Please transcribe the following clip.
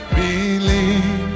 believe